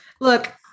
Look